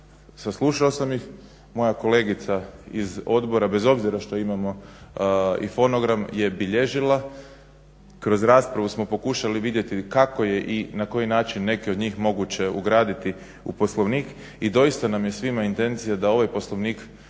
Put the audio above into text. saslušao sam ih, moja kolegica iz Odbora bez obzira što imamo i fonogram je bilježila. Kroz raspravu smo pokušali vidjeti kako je i na koji način neke od njih moguće ugraditi u Poslovnik.I doista nam je svima intencija da ovaj Poslovnik učinimo